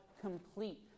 complete